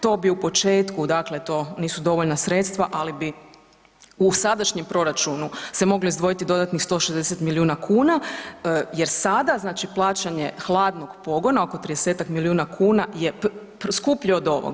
To bi u početku, dakle to nisu dovoljna sredstva, ali bi u sadašnjem proračunu se moglo izdvojiti dodatnih 160 milijuna kuna, jer sada znači plaćanje hladnog pogona oko 30-tak milijuna kuna je skuplje od ovog.